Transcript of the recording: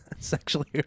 Sexually